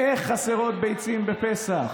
איך חסרות ביצים בפסח.